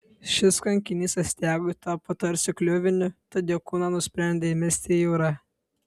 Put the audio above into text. šis kankinys astiagui tapo tarsi kliuviniu tad jo kūną nusprendė įmesti į jūrą